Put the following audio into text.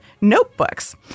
notebooks